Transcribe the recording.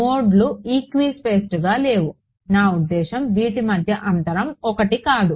నోడ్లు ఈక్విస్పేస్గా లేవు నా ఉద్దేశ్యం వీటి మధ్య అంతరం 1 కాదు